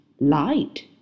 light